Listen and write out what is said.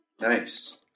nice